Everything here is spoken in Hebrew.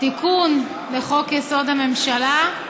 תיקון לחוק-יסוד: הממשלה,